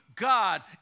God